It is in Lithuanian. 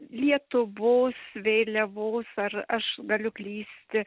lietuvos vėliavos ar aš galiu klysti